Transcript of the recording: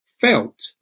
felt